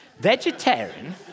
Vegetarian